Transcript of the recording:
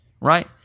right